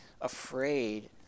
afraid